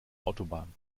autobahn